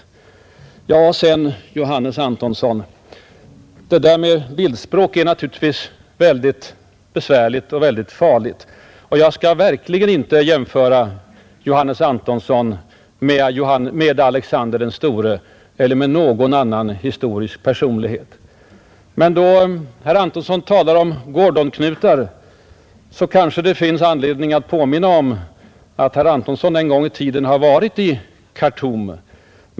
Sedan till Johannes Antonsson! Bildspråk är naturligtvis besvärligt och farligt. Jag skall därför inte jämföra Johannes Antonsson med Alexander den store eller med någon annan historisk personlighet. Då herr Antonsson talar om ”gordonknutar” påminner jag mig att herr Antonsson en gång i tiden har varit i Khartum.